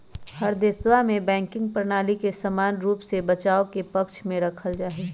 हर देशवा में बैंकिंग प्रणाली के समान रूप से बचाव के पक्ष में रखल जाहई